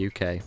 UK